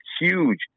huge